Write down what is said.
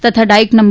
તથા ડાઇક નં